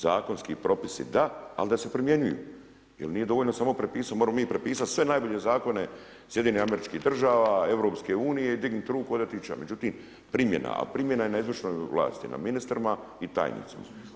Zakonski propisi da, ali da se primjenjuju jer nije dovoljno sa prepisati, možemo mi prepisati sve najbolje zakone SAD-a, EU-a, i dignuti ruku … međutim, primjena, a primjena je na izvršnoj vlasti, na ministrima i tajnicima.